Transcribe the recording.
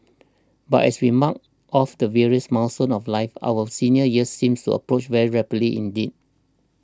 but as we mark off the various milestones of life our senior years seems to approach very rapidly indeed